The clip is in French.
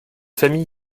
familles